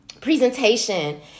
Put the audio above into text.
presentation